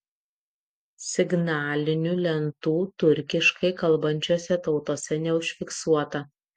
signalinių lentų tiurkiškai kalbančiose tautose neužfiksuota